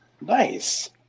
Nice